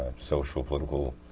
social political